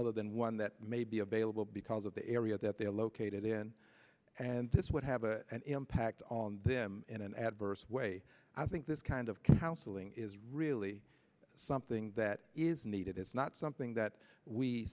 other than one that may be available because of the area that they are located in and this would have a an impact on them in an adverse way i think this kind of counseling is really something that is needed is not something that we